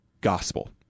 Gospel